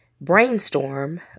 brainstorm